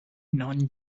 non